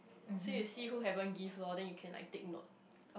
say you see who haven't give lor then you can like take note